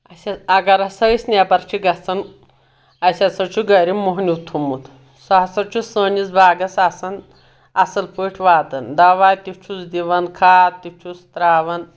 اَسہِ اگر ہسا أسۍ نؠبر چھِ گژھان اَسہِ ہسا چھُ گرِ مۄہنی تھوٚمُت سُہ ہسا چھُ سٲنِس باغس آسان اَصٕل پٲٹھۍ واتان دوا تہِ چھُس دِوان کھاد تہِ چھُس تراوان